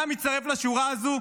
אתה מצטרף לשורה הזאת,